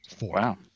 wow